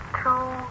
two